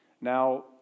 Now